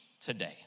today